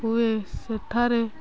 ହୁଏ ସେଠାରେ